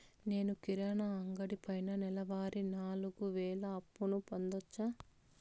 నేను కిరాణా అంగడి పైన నెలవారి నాలుగు వేలు అప్పును పొందొచ్చా?